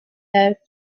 out